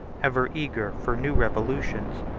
ever eager for new revolutions,